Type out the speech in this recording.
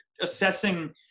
assessing